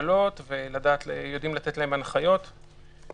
הגבלות על עובדים ועל העסקה של עובדים במקומות עבודה,